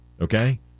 okay